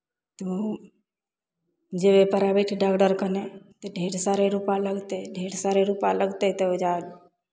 जे प्राइभेट डागदर कने ढेर सारे रुपैआ लगतै ढेर सारे रुपैआ लगतै तऽ ओहि जऽ